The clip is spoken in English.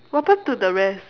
what happened to the rest